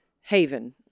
haven